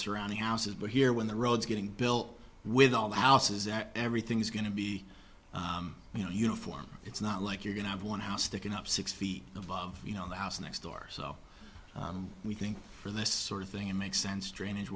surrounding houses but here when the roads getting built with all the houses that everything's going to be you know uniform it's not like you're going to have one house sticking up six feet above you know the house next door so we think for this sort of thing it makes sense drainage